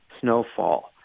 snowfall